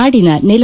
ನಾಡಿನ ನೆಲ